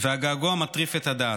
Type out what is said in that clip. והגעגוע מטריף את הדעת.